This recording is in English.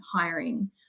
hiring